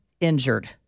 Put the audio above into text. injured